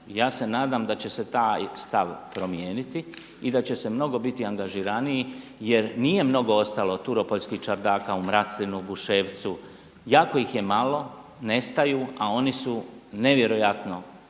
Ja se nadam da će se taj stav promijeniti i da će se mnogo biti angažiraniji jer nije mnogo ostalo turopoljskih čardaka u Mraclinu, Buševcu, jako ih je malo, nestaju, a oni su nevjerojatno